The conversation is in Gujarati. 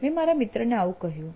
મેં મારા મિત્રને આવું કહ્યું